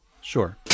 Sure